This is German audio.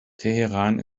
teheran